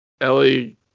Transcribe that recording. Ellie